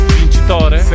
vincitore